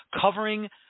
covering